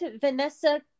Vanessa